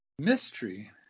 mystery